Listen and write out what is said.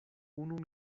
unu